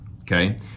okay